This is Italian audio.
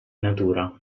natura